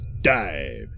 dive